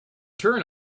turn